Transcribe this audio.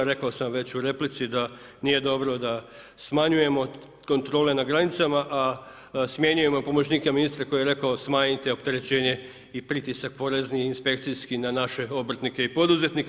Rekao sam već u replici da nije dobro da smanjujemo kontrole na granicama a smjenjujemo pomoćnika ministra koji je rekao smanjite opterećenje i pritisak porezni i inspekcijski na naše obrtnike i poduzetnike.